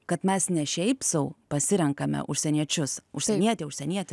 kad mes ne šiaip sau pasirenkame užsieniečius užsienietį užsienietę